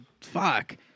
fuck